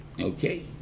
Okay